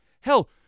Hell